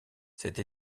cette